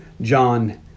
John